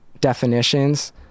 definitions